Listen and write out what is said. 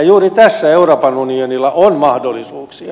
juuri tässä euroopan unionilla on mahdollisuuksia